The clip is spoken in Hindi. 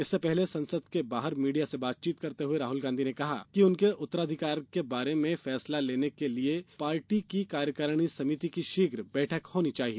इससे पहले संसद के बाहर मीडिया से बातचीत में राहुल गांधी ने कहा है कि उनके उत्तराधिकारी के बारे में फैसला करने के लिए पार्टी की कार्यकारिणी समिति की शीघ्र बैठक होनी चाहिए